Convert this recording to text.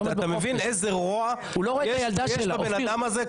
אתה מבין איזה רוע יש בבן אדם הזה?